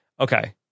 Okay